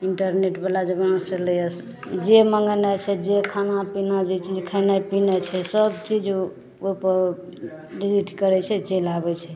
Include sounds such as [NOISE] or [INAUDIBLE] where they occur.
इंटरनेटवला जमाना चललइए जे मँगेनाइ छै जे खानापीना जे चीज खेनाइ पीनाइ छै सबचीज ओपर [UNINTELLIGIBLE] करय छै चलि आबय छै